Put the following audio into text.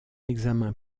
examen